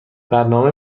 برنامه